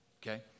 Okay